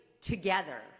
together